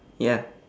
ya